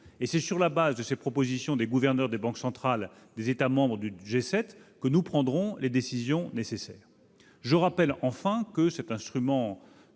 C'est sur la base des propositions des gouverneurs des banques centrales des États membres du G7 que nous prendrons les décisions nécessaires. Je rappelle enfin que cet instrument